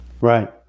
right